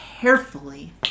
carefully